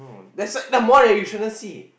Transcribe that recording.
that's why now more that you shouldn't see